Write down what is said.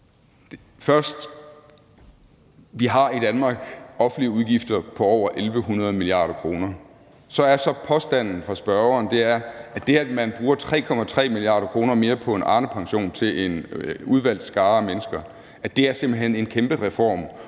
Først: Vi har i Danmark offentlige udgifter på over 1.100 mia. kr. Så er påstanden fra spørgeren, at det, at man bruger 3,3 mia. kr. mere på en Arnepension til en udvalgt af skare mennesker, simpelt hen er en kæmpe reform